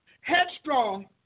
headstrong